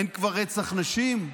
אין כבר רצח נשים?